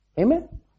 Amen